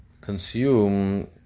consume